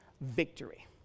victory